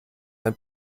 ein